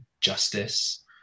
justice